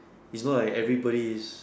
it's more like everybody is